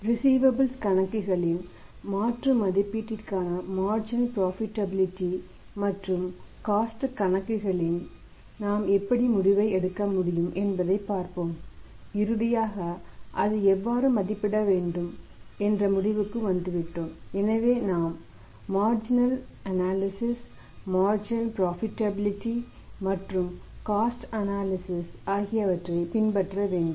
receivables ஆகியவற்றைப் பின்பற்ற வேண்டும்